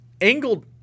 angled